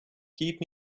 keep